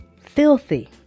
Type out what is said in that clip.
Filthy